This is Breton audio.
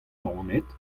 naoned